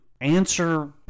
answer